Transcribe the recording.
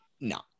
No